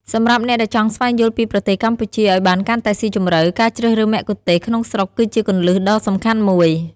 សម្រាប់អ្នកដែលចង់ស្វែងយល់ពីប្រទេសកម្ពុជាឲ្យបានកាន់តែស៊ីជម្រៅ ការជ្រើសរើសមគ្គុទ្ទេសក៍ក្នុងស្រុកគឺជាគន្លឹះដ៏សំខាន់មួយ